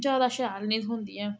ज्यादा शैल नी थ्होंदियां हैन